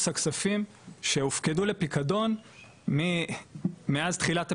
הכספים שהופקדו לפיקדון מאז תחילת הפקדון,